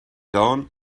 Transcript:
down